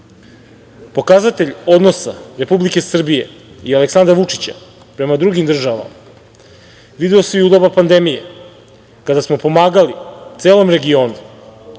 Kosovo. Pokazatelj odnosa Republike Srbije i Aleksandra Vučića prema drugim državama video se i u doba pandemije, kada smo pomagali celom regionu,